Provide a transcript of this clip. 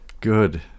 Good